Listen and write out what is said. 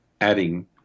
adding